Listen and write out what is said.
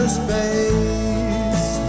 space